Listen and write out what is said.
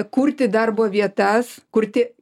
kurti darbo vietas kurti